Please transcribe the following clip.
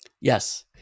yes